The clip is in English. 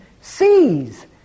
sees